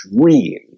dream